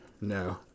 No